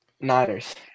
Niners